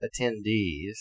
attendees